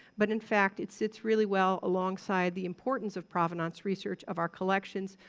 but in fact, it sits really well alongside the importance of provenance research of our collections.